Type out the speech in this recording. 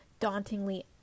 dauntingly